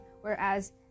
whereas